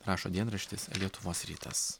rašo dienraštis lietuvos rytas